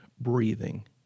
breathing